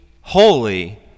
holy